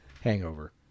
hangover